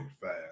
fast